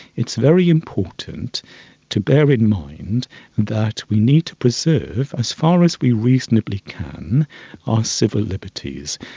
it's very important to bear in mind that we need to preserve as far as we reasonably can our civil liberties.